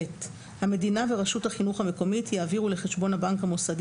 (ב)המדינה ורשות החינוך המקומית יעבירו לחשבון הבנק המוסדי